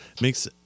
makes